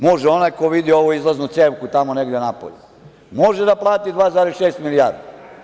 Može onaj ko vidi ovu izlaznu cevku tamo negde napolju, može da plati 2,6 milijarde.